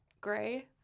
gray